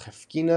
אך הפגינה